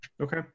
Okay